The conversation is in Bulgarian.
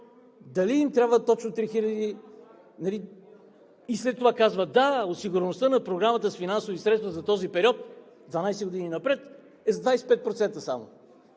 Дали им трябват точно 3000?! След това казват: „Да, осигуреността на Програмата с финансови средства за този период – 12 години напред, е само